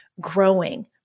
growing